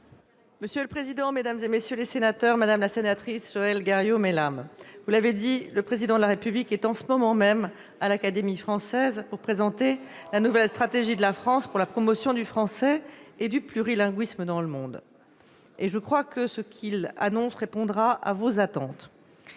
ministre chargée des affaires européennes. Madame la sénatrice Joëlle Garriaud-Maylam, vous l'avez dit, le Président de la République est en ce moment même à l'Académie française pour présenter la nouvelle stratégie de la France pour la promotion du français et du plurilinguisme dans le monde. Je crois que ce qu'il annonce répondra à vos attentes.